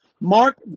Mark